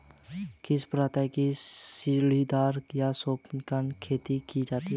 किस प्रांत में सीढ़ीदार या सोपानी खेती की जाती है?